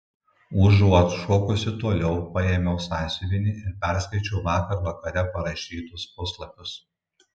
užuot šokusi toliau paėmiau sąsiuvinį ir perskaičiau vakar vakare parašytus puslapius